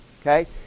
Okay